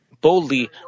boldly